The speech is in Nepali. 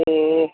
ए